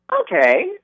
Okay